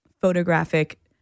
photographic